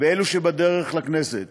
ואלו שבדרך לכנסת.